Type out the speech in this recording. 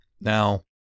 Now